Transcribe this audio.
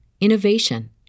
innovation